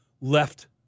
left